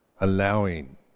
allowing